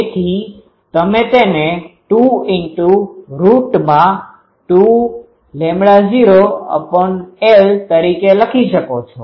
તેથી તમે તેને 22૦L તરીકે લખી શકો છો